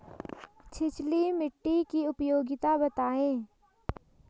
छिछली मिट्टी की उपयोगिता बतायें?